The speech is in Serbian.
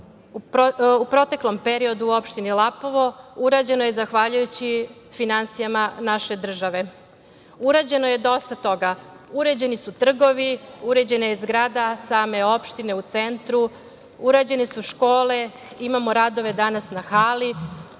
u proteklom periodu u opštini Lapovo, urađeno je zahvaljujući finansijama naše države. Urađeno je dosta toga. Uređeni su trgovi, uređena je zgrada same opštine u centru, urađene su škole, imamo radove danas na hali,